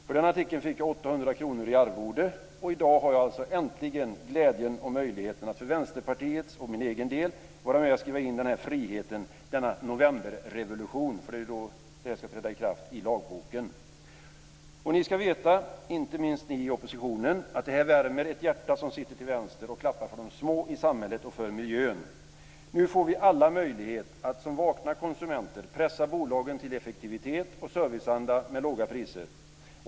För artikeln fick jag 800 kr i arvode, och i dag har jag alltså äntligen glädjen och möjligheten att för Vänsterpartiets och min egen del vara med och skriva in denna frihet, denna novemberrevolution - det är ju då det här ska träda i kraft - i lagboken. Ni ska veta, inte minst ni i oppositionen, att det här värmer ett hjärta som sitter till vänster och klappar för de små i samhället och för miljön. Nu får vi alla möjlighet att som vakna konsumenter pressa bolagen till effektivitet och serviceanda med låga priser.